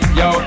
yo